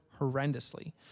horrendously